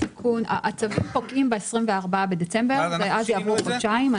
הצווים פוקעים ב-24 בדצמבר, ואז יעברו חודשיים.